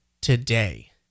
today